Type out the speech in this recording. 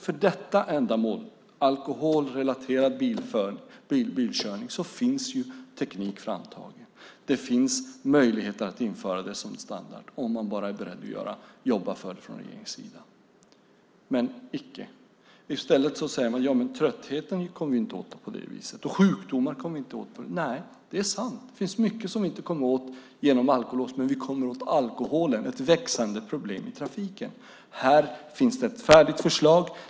För detta ändamål, alkoholrelaterad bilkörning, finns ju teknik framtagen. Det finns möjlighet att införa detta som standard om man bara är beredd att jobba för det från regeringens sida. Men icke. I stället säger man att trötthet och sjukdomar kommer vi inte åt på det viset. Nej, det är sant. Det finns mycket som vi inte kommer åt genom alkolås, men vi kommer åt alkoholen, som är ett växande problem i trafiken. Här finns det ett färdigt förslag.